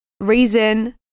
Reason